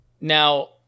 Now